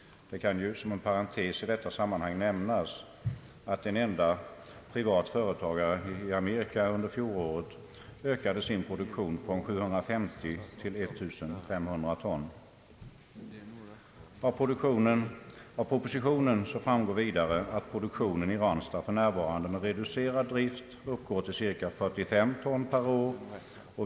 Det kan som en parentes i detta sammanhang nämnas att ett enda privat företag i USA under fjolåret ökade sin produktion från 750 till 1500 ton. Av propositionen framgår vidare att produktionen i Ranstad för närvarande med reducerad drift uppgår till cirka 45 ton per år.